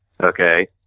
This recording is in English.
Okay